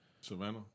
Savannah